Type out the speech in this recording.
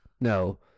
no